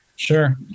Sure